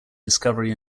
discovery